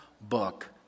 book